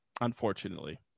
Unfortunately